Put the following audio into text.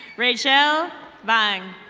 rachel vang.